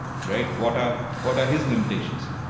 right? what are what are his limitations?